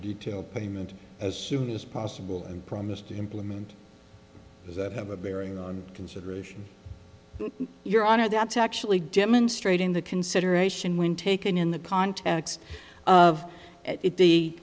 detail payment as soon as possible and promise to implement that have a bearing on consideration your honor that's actually demonstrating the consideration when taken in the context of it the